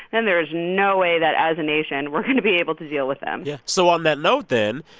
and there is no way that as a nation we're going to be able to deal with them yeah. so on that note then,